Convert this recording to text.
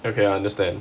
okay I understand